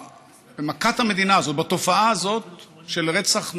במכת המדינה הזו, בתופעה הזאת של רצח נשים,